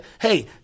hey –